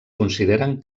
consideren